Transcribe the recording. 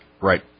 Right